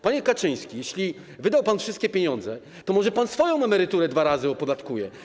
Panie Kaczyński, jeśli wydał pan wszystkie pieniądze, to może pan swoją emeryturę dwa razy opodatkuje?